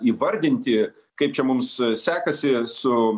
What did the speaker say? įvardinti kaip čia mums sekasi su